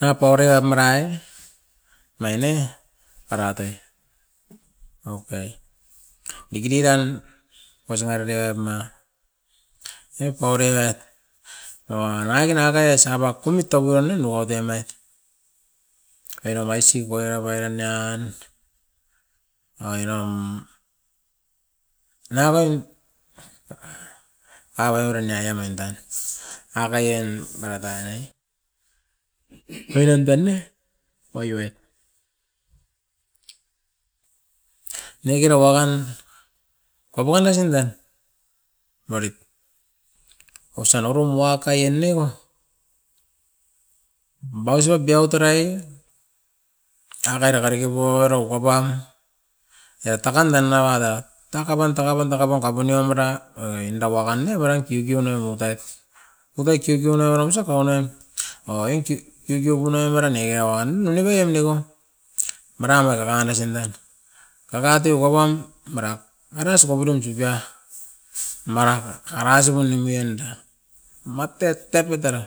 Nawa paua re amara'e, naine paratai, okay, diki diki daan oro sio matetep ma imporerai nawa nagin akain osa ba kumit tauara nem awote amai. Era maisi okoira paira nian, airam, nanga tan avere nio omain tan akain mara taim ni. Oiran tan ne, poivet, nangakera wakan kopoana sindan oirit, osan auro mua kain neko bausup biaot orai'e akai raka reke pouaro okapan ea taka andan nou'a da, takaban, takaban, takaban kapunio mura oinda wakan ne marain kiukiu nioven tai, kotai kiukiu o nauara musaka omain, oa e kiukiu punai mara neio wan neko en neko maran na maran ne sinnan, kakateo kokom mara, mara sipa purum tsutsia, mara karasipu nimui anda. Matet tep oit tara